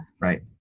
right